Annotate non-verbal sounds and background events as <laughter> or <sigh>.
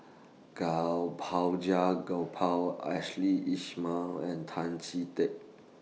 <unintelligible> Gopal Ashley Isham and Tan Chee Teck